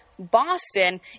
Boston